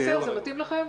10:00, זה מתאים לכם?